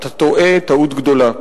אתה טועה טעות גדולה.